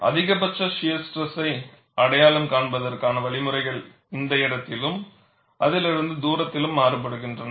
அதிகபட்ச ஷியர் ஸ்ட்ரெசை அடையாளம் காண்பதற்கான வழிமுறைகள் இந்த இடத்திலும் அதிலிருந்து தூரத்திலும் மாறுபடுகின்றன